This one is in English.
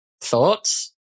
thoughts